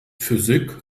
physik